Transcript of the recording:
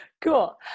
cool